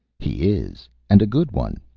he is and a good one.